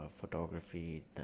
photography